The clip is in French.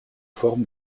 forme